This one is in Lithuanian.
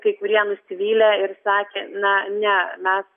kai kurie nusivylė ir sakė na ne mes